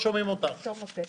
המשפטית.